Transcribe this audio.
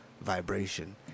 vibration